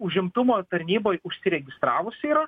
užimtumo tarnyboj užsiregistravusi yra